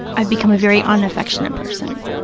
i've become a very unaffectionate person,